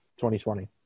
2020